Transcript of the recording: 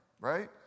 right